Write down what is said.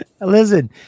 Listen